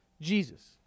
Jesus